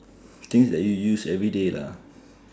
things that you use everyday lah